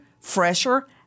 fresher